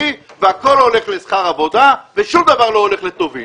והכול הולך לשכר עבודה ושום דבר לא הולך לטובין.